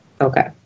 Okay